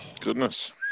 goodness